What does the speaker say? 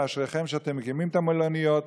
ואשריכם שאתם מקימים את המלוניות,